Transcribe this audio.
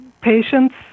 patients